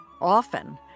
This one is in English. often